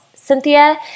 Cynthia